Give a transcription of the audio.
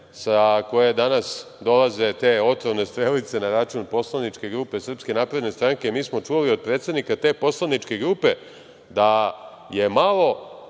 sa koje danas dolaze te otrovne strelice na račun poslaničke grupe SNS. Mi smo čuli od predsednika te poslaničke grupe da je malo